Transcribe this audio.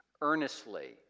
earnestly